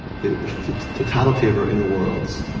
the the totality of our inner worlds,